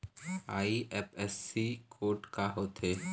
IFSC code का होथे?